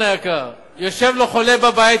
זה מדע בדיוני,